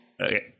Okay